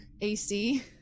ac